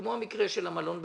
כמו המקרה של המלון באשקלון.